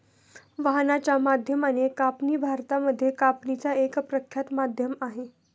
वाहनाच्या माध्यमाने कापणी भारतामध्ये कापणीच एक प्रख्यात माध्यम आहे